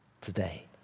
today